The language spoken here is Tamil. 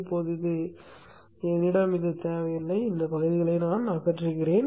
இப்போது என்னிடம் இது தேவையில்லை இந்த பகுதிகளை அகற்றுவேன்